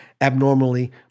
abnormally